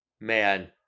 man